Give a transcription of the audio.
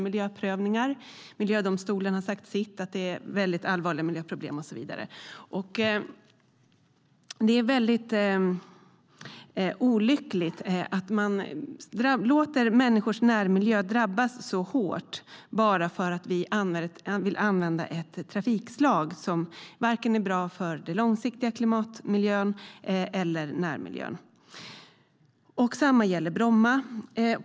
Miljödomstolen har sagt sitt; det är allvarliga miljöproblem och så vidare. Detsamma gäller Bromma.